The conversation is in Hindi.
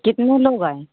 कितने लोग है